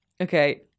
Okay